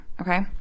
okay